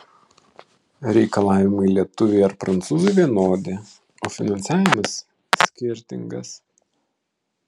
reikalavimai lietuviui ar prancūzui vienodi o finansavimas skirtingas